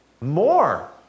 more